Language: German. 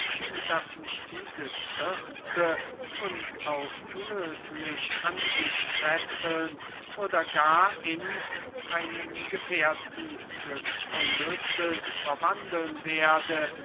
daß mich diese circe unauflöslich an sich fesseln oder gar in einen gefährten des ulysses verwandeln werde